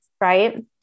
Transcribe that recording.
Right